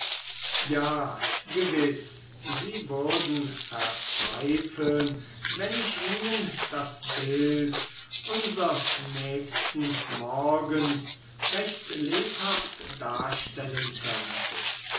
ja gewiß sie würden verzweifeln wenn ich ihnen das bild unsers nächsten morgens recht lebhaft darstellen könnte